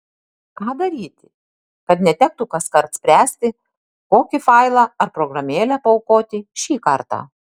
ką daryti kad netektų kaskart spręsti kokį failą ar programėlę paaukoti šį kartą